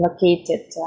located